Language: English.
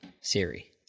Siri